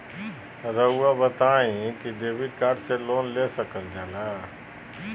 रहुआ बताइं कि डेबिट कार्ड से लोन ले सकल जाला?